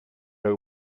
are